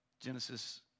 Genesis